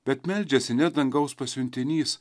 bet meldžiasi ne dangaus pasiuntinys